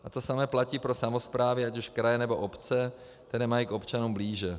A to samé platí pro samosprávy, ať už kraje, nebo obce, které mají k občanům blíže.